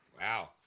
Wow